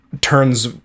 turns